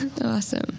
awesome